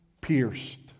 pierced